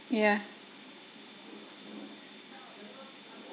ya